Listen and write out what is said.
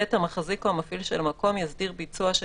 (ב) המחזיק או המפעיל של המקום יסדיר ביצוע של